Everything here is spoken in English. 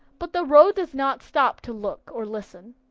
but the road does not stop to look or listen,